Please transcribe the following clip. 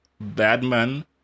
Batman